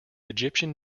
egyptian